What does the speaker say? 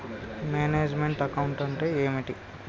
Manage meant account అంటే ఏమిటి?